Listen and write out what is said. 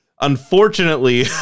Unfortunately